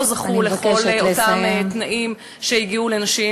לא זכו לכל אותם תנאים שהגיעו לנשים,